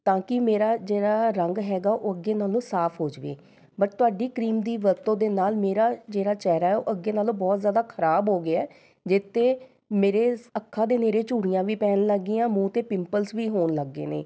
ਤਾਂ ਕਿ ਮੇਰਾ ਜਿਹੜਾ ਰੰਗ ਹੈਗਾ ਉਹ ਅੱਗੇ ਨਾਲੋਂ ਸਾਫ ਹੋ ਜਾਵੇ ਬਟ ਤੁਹਾਡੀ ਕਰੀਮ ਦੀ ਵਰਤੋਂ ਦੇ ਨਾਲ ਮੇਰਾ ਜਿਹੜਾ ਚਿਹਰਾ ਹੈ ਉਹ ਅੱਗੇ ਨਾਲੋਂ ਬਹੁਤ ਜ਼ਿਆਦਾ ਖਰਾਬ ਹੋ ਗਿਆ ਹੈ ਜਿਹਤੇ ਮੇਰੇ ਅੱਖਾਂ ਦੇ ਨੇੜੇ ਝੁਰੜੀਆਂ ਵੀ ਪੈਣ ਲੱਗ ਗਈਆਂ ਹਨ ਅਤੇ ਪਿੰਪਲਜ਼ ਵੀ ਹੋਣ ਲੱਗ ਗਏ ਨੇ